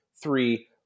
Three